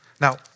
Now